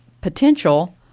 potential